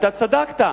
אתה צדקת.